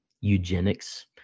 eugenics